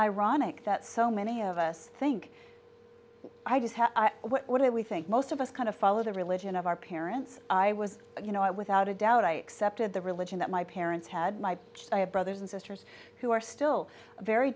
ironic that so many of us think i does have what do we think most of us kind of follow the religion of our parents i was you know i without a doubt i accepted the religion that my parents had lived i have brothers and sisters who are still very